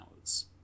hours